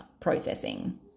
processing